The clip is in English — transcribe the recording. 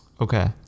Okay